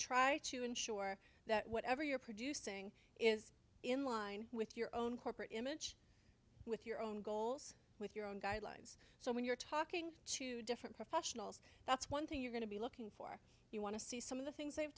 try to ensure that whatever you're producing is in line with your own corporate image with your own goals with your own guidelines so when you're talking to different professionals that's one thing you're going to be looking for you want to see some of the things they've